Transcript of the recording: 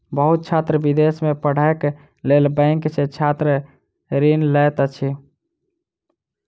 बहुत छात्र विदेश में पढ़ैक लेल बैंक सॅ छात्र ऋण लैत अछि